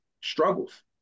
struggles